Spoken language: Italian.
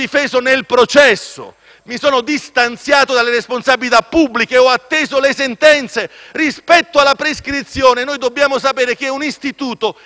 Mi sono distanziato dalle responsabilità pubbliche. Ho atteso le sentenze. Rispetto alla prescrizione noi dobbiamo sapere che è un istituto che facilita